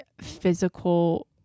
physical